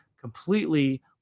completely